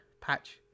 patch